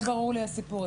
לא ברור לי הסיפור.